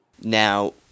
Now